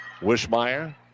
Wishmeyer